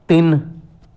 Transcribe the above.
ਤਿੰਨ